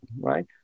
right